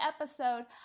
episode